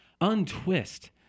untwist